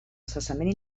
cessament